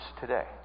today